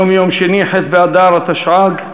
היום יום שני, ח' באדר התשע"ג,